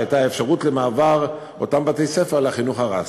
שהייתה אפשרות למעבר של אותם בתי-ספר לחינוך הרשמי.